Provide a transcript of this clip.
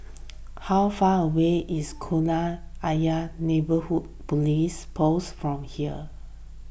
how far away is Kolam Ayer Neighbourhood Police Post from here